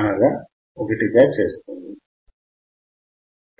అనగా ఒకటిగా చేస్తుంది